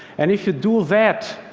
and if you do that,